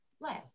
less